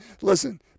listen